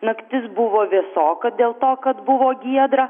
naktis buvo vėsoka dėl to kad buvo giedra